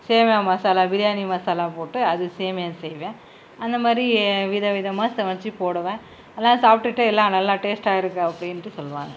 சேமியா மசாலா பிரியாணி மசாலா போட்டு அது சேமியா செய்வேன் அந்தமாதிரி விதவிதமாக சமச்சு போடுவேன் அதெலாம் சாப்பிட்டுட்டு எல்லாம் நல்லா டேஸ்ட்டாக இருக்குது அப்படின்ட்டு சொல்லுவாங்கள்